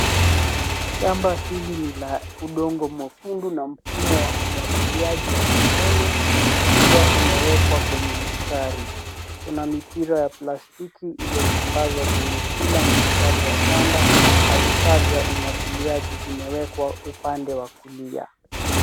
Shamba hili ni la udongo mwekundu na mfumo wa umwagiliaji wa matone ukiwa umewekwa kwenye mistari. Kuna mipira ya plastiki iliyosambazwa kwenye kila mstari wa shamba na vifaa vya umwagiliaji vimewekwa upande wa kulia.